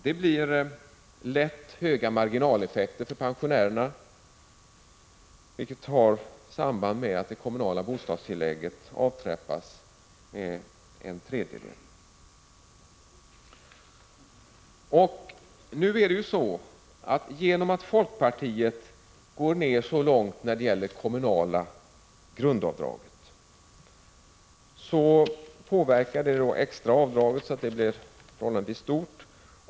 Det blir lätt höga marginaleffekter för pensionärerna, vilket även har samband med att det kommunala bostadstillägget avtrappas med en tredjedel. Genom att folkpartiet går ner så långt i fråga om det kommunala grundavdraget påverkas det extra avdraget, som blir förhållandevis stort.